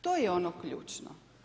To je ono ključno.